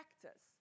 practice